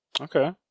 Okay